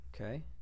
okay